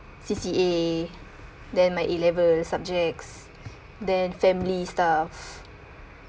C_C_A then my A level subjects then family stuffs